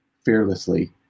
Fearlessly